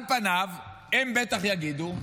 על פניו, הם בטח יגידו: